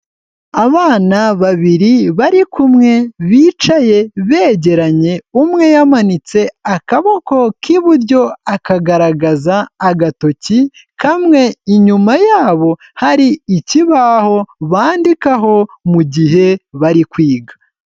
Abana babiri bari kumwe bicaye begeranye umwe yamanitse akaboko k'iburyo akagaragaza agatoki kamwe. Inyuma yabo hari ikibaho bandikaho mu gihe bari kwiga.